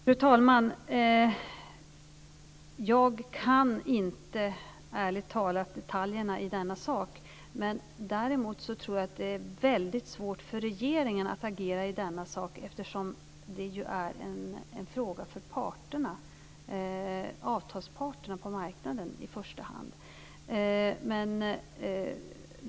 Fru talman! Jag kan ärligt talat inte detaljerna i denna sak. Däremot tror jag att det är svårt för regeringen att agera i denna sak eftersom den i första hand är en fråga för avtalsparterna på marknaden.